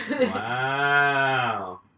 Wow